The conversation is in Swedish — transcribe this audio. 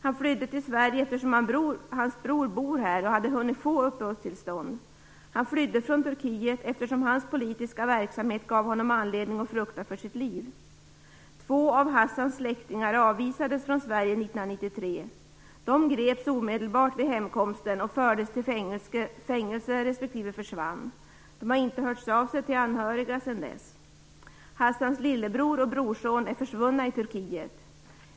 Han flydde till Sverige eftersom hans bror bor här och hade hunnit få uppehållstillstånd. Han flydde från Turkiet eftersom hans politiska verksamhet gav honom anledning att frukta för sitt liv. Två av Hasans släktingar avvisades från Sverige 1993. De greps omedelbart vid hemkomsten och fördes till fängelse respektive försvann. De har inte hört av sig till anhöriga sedan dess. Hasans lillebror och brorson är försvunna i Turkiet.